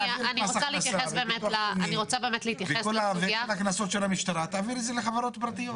ואת כל הקנסות של המשטרה לחברות פרטיות.